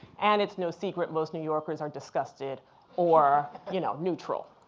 and it's no secret most new yorkers are disgusted or you know neutral.